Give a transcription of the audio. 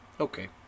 Okay